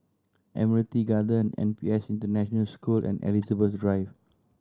Admiralty Garden N P S International School and Elizabeth Drive